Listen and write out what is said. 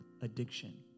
addiction